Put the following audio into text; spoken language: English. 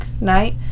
night